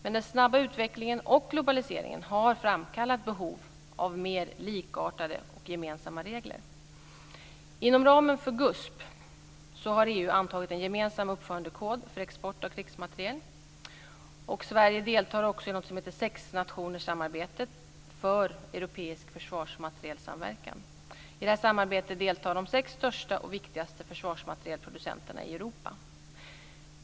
Men den snabba utvecklingen och globaliseringen har framkallat behov av mer likartade och gemensamma regler. Inom ramen för GUSP har EU antagit en gemensam uppförandekod för export av krigsmateriel. Sverige deltar också i något som heter sexnationerssamarbetet för europeisk försvarsmaterielsamverkan. I detta samarbete deltar de sex största och viktigaste försvarsmaterielproducenterna i Europa.